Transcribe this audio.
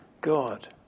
God